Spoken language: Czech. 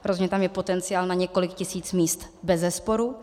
Rozhodně tam je potenciál na několik tisíc míst bezesporu.